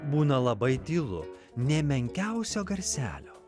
būna labai tylu nė menkiausio garselio